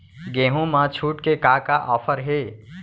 गेहूँ मा छूट के का का ऑफ़र हे?